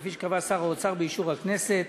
כפי שקבע שר האוצר באישור הכנסת.